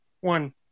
one